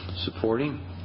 supporting